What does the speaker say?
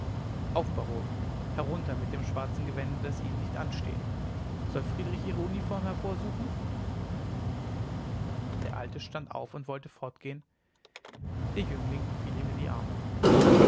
baron herunter mit dem schwarzen gewände das ihnen nicht ansteht soll friedrich ihre uniform hervorsuchen der alte stand auf und wollte fortgehen der jüngling fiel ihm in die arme